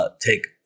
take